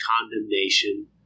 condemnation